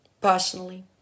personally